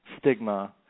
stigma